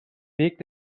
weg